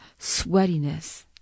sweatiness